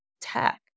tech